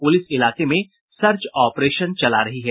police इलाके में search operation चला रही है